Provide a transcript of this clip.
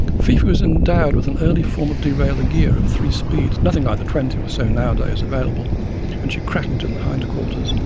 fifi was endowed with an early form of derailer gear, of three speeds nothing like ah the twenty or so nowadays available and she cracked in the hindquarters,